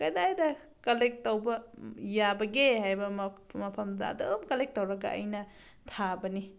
ꯀꯗꯥꯏꯗ ꯀꯂꯦꯛ ꯇꯧꯕ ꯌꯥꯕꯒꯦ ꯍꯥꯏꯕ ꯃꯐꯝꯗ ꯑꯗꯨꯝ ꯀꯂꯦꯛ ꯇꯧꯔꯒ ꯑꯩꯅ ꯊꯥꯕꯅꯤ